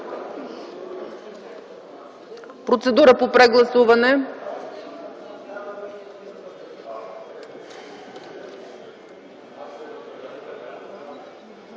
Процедура по прегласуване